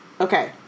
Okay